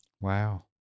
Wow